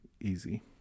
easy